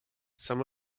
some